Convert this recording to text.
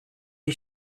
jej